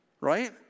Right